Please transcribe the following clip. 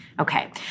Okay